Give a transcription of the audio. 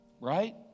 Right